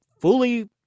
fully